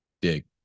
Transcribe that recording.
Big